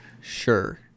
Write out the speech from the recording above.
Sure